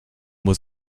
was